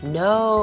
no